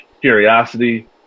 curiosity